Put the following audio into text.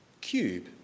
cube